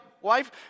wife